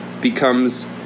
becomes